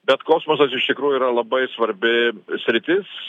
bet kosmosas iš tikrųjų yra labai svarbi sritis